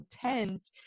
content